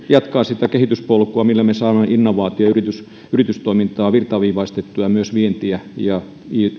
jatkaa sitä kehityspolkua millä me saamme innovaatio ja yritystoimintaa virtaviivaistettua ja myös vientiä ja